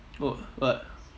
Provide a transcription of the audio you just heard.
oh what